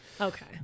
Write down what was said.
Okay